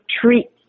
treat